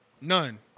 None